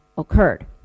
occurred